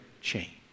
change